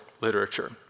literature